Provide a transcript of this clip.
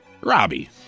robbie